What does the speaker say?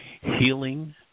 healing